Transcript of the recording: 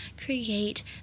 create